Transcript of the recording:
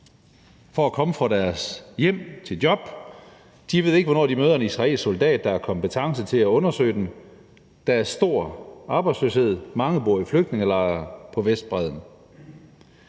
for at komme fra deres hjem til deres job. De ved ikke, hvornår de møder en israelsk soldat, der har kompetence til at undersøge dem. Der er stor arbejdsløshed, og mange bor i flygtningelejre på Vestbredden.